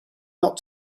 not